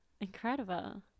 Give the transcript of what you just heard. incredible